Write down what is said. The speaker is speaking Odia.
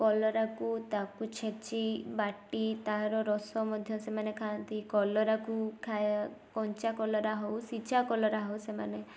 କଲରାକୁ ତାକୁ ଛେଚି ବାଟି ତା'ର ରସ ମଧ୍ୟ ସେମାନେ ଖାଆନ୍ତି କଲରାକୁ ଖାଇବା କଞ୍ଚା କଲରା ହେଉ ସିଝା କଲରା ହେଉ ସେମାନେ